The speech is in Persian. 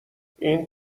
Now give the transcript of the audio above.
این